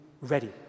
ready